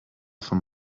vom